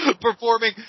performing